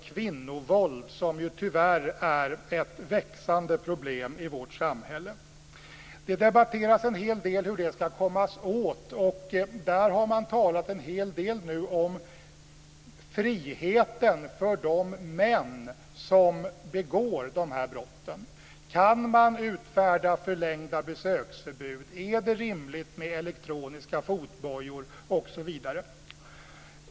Kvinnovåld är tyvärr ett växande problem i vårt samhälle. Det debatteras en hel del om hur man ska komma åt det. Man har talat om friheten för de män som begår dessa brott. Kan man utfärda förlängda besöksförbud? Är det rimligt med elektroniska fotbojor, osv.?